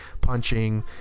punching